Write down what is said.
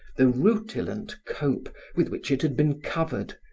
the rutilant cope with which it had been covered,